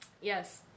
Yes